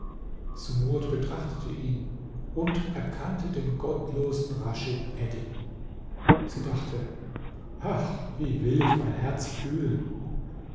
sumurd betrachtete ihn und erkannte den gottlosen raschid eddin sie dachte ach wie will ich mein herz kühlen